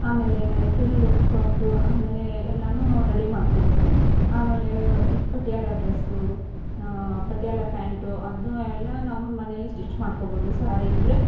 ಆಮೇಲೆ frill frock ಆಮೇಲೆ ಎಲ್ಲನೂ ರೆಡಿ ಮಾಡ್ಕೊಬೋದು ಆಮೇಲೆ ಈಗ ಪಟಿಯಾಲ ಡ್ರಸ್ಸೂ ಪಟಿಯಾಲ ಪ್ಯಾಂಟು ಅದನ್ನೂ ಎಲ್ಲ ನಾವು ಮನೆಯಲ್ಲೇ ಸ್ಟಿಚ್ ಮಾಡ್ಕೊಬೋದು ಸಾರಿ ಇದ್ದರೆ